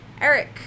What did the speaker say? Eric